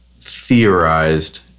theorized